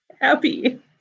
Happy